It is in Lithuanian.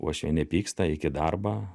uošvienė pyksta eik į darbą